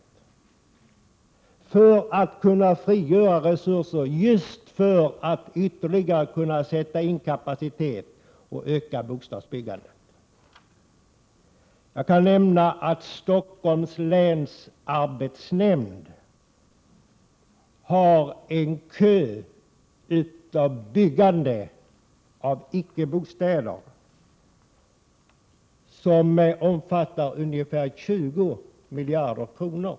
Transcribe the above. Resurser har alltså frigjorts så att de kunnat sättas in på att öka bostadsbyggandet. Jag kan nämna att länsarbetsnämnden i Stockholm har en kö i fråga om byggande av annat än bostäder som omfattar ungefär 20 miljarder kronor.